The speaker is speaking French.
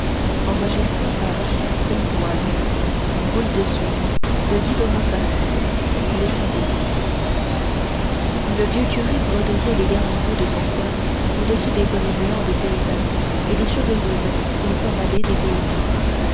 les sabots le vieux curé bredouillait les derniers mots de son sermon au-dessus des bonnets blancs des paysannes et des cheveux rudes ou pommadés des paysans